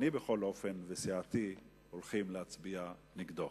אני, בכל אופן, וסיעתי הולכים להצביע נגדו.